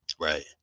right